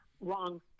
wrong